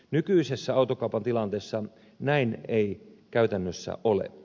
nykyisessä autokaupan tilanteessa näin ei käytännössä ole